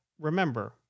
remember